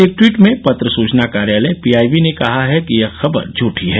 एक टवीट में पत्र सुचना कार्यालय पीआईबी ने कहा है कि यह खबर झूठी है